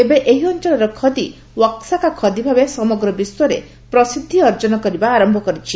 ଏବେ ଏହି ଅଞ୍ଚଳର ଖଦୀ ୱାକସାକା ଖଦୀ ଭାବେ ସମଗ୍ରୀ ବିଶ୍ୱରେ ପ୍ରସିଦ୍ଧି ଅର୍ଜନ କରିବା ଆରମ୍ଭ କରିଛି